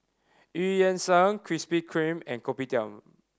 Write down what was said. Eu Yan Sang Krispy Kreme and Kopitiam